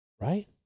Right